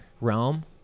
realm